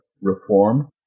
Reform